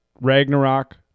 Ragnarok